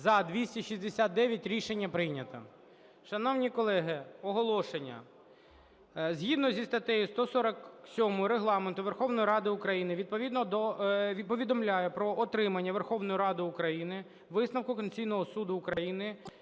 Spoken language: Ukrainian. За-269 Рішення прийнято. Шановні колеги, оголошення. Згідно зі статтею 147 Регламенту Верховної Ради України повідомляю про отримання Верховною Радою України висновку Конституційного Суду України